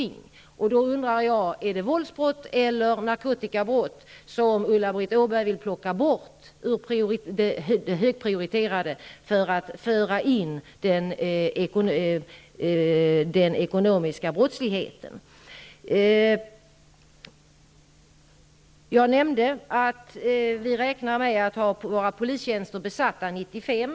Jag undrar om Ulla-Britt Åbark vill plocka bort våldsbrott eller narkotikabrott från det högprioriterade området för att i stället få med den ekonomiska brottsligheten. Jag nämnde att vi räknar med att ha våra polistjänster besatta år 1995.